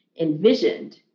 envisioned